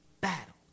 battle